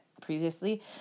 previously